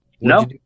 No